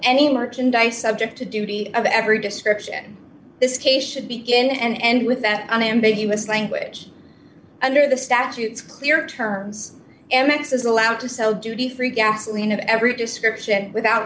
any merchandise subject to duty of every description this case should begin and end with that ambiguous language under the statutes clear terms m x is allowed to sell duty free gasoline of every description without